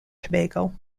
tobago